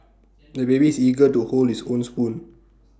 the baby is eager to hold his own spoon